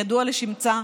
ידוע לשמצה,